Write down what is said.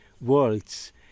worlds